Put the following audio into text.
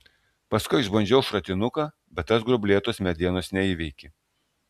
paskui išbandžiau šratinuką bet tas gruoblėtos medienos neįveikė